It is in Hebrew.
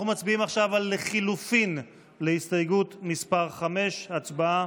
אנחנו מצביעים עכשיו על לחלופין להסתייגות מס' 5. הצבעה.